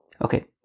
Okay